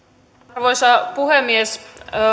arvoisa puhemies